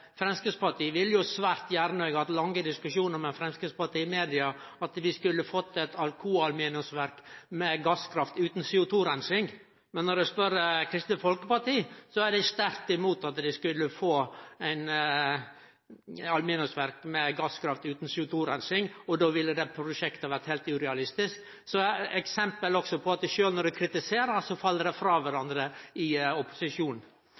Framstegspartiet ville svært gjerne – og eg har hatt lange diskusjonar med Framstegspartiet i media – at vi skulle fått eit Alcoa aluminiumsverk med gasskraft utan CO2-rensing. Men når eg spør Kristeleg Folkeparti, er dei sterkt imot at vi skulle få eit aluminiumsverk med gasskraftverk utan CO2-rensing. Då ville det prosjektet vore heilt urealistisk. Det er eit eksempel på at sjølv når dei kritiserer, fell opposisjonen frå kvarandre. Det